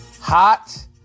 Hot